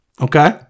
Okay